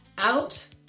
Out